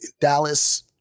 Dallas